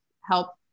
help